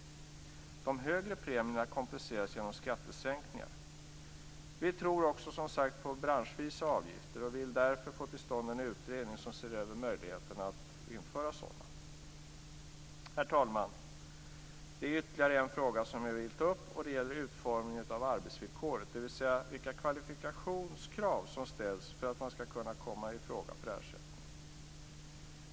De högre premierna kompenseras genom skattesänkningar. Vi tror också som sagt på branschvisa avgifter och vill därför få till stånd en utredning som ser över möjligheterna att införa sådana. Herr talman! Det är ytterligare en fråga jag till ta upp. Det gäller utformningen av arbetsvillkoret, dvs. vilka kvalifikationskrav som ställs för att man skall kunna komma i fråga för ersättning.